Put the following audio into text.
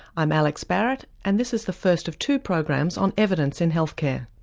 i'm alex barratt and this is the first of two programs on evidence in health care.